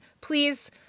please